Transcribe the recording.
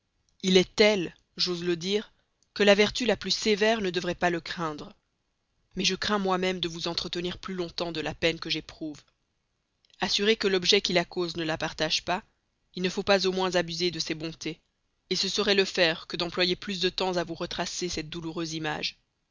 il est tel j'ose le dire que la vertu la plus sévère ne devrait pas le craindre mais je crains moi-même de vous entretenir plus longtemps de la peine que j'éprouve assuré que l'objet qui la cause ne la partage pas il ne faut pas au moins abuser de ses bontés ce serait le faire que d'employer plus de temps à vous retracer cette douloureuse image